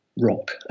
rock